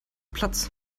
platz